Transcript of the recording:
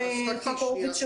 ח"כ הורוביץ,